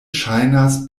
ŝajnas